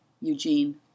Eugene